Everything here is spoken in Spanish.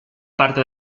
parte